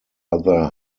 other